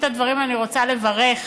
בבקשה,